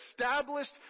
established